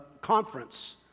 conference